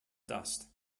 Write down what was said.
dust